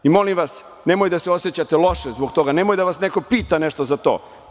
I molim vas, nemojte da se osećate loše zbog toga, nemoj da vas neko pita nešto za to.